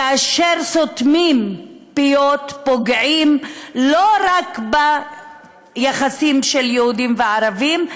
כאשר סותמים פיות פוגעים לא רק ביחסים של יהודים וערבים,